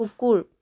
কুকুৰ